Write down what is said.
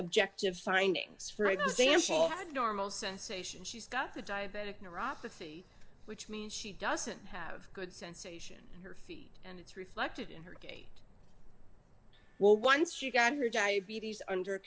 objective findings for example had normal sensation she's got the diabetic neuropathy which means she doesn't have good sensation in her feet and it's reflected in her game well once she got her diabetes under